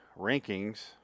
rankings